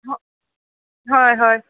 হয় হয় হয়